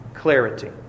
Clarity